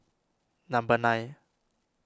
number nine